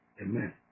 Amen